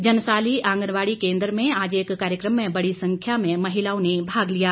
जनसाली आंगनबाड़ी केन्द्र में आज एक कार्यक्रम में बड़ी संख्या में महिलाओं ने भाग लिया